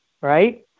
right